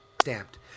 stamped